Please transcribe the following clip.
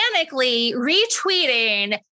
retweeting